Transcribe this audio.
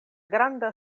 granda